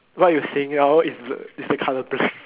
what you're seeing now is the is the colour black